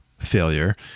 failure